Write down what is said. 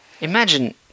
Imagine